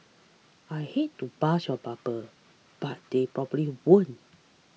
I hate to burst your bubble but they probably won't